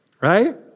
Right